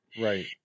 Right